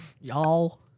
y'all